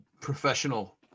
professional